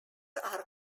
are